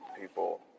people